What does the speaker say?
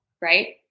Right